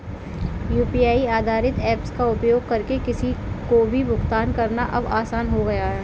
UPI आधारित apps का उपयोग करके किसी को भी भुगतान करना अब आसान हो गया है